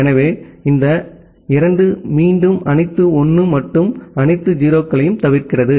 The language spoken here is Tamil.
எனவே இந்த 2 மீண்டும் அனைத்து 1 மற்றும் அனைத்து 0 களையும் தவிர்க்கிறது